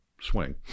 swing